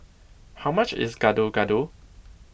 how much is Gado Gado